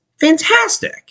fantastic